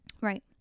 Right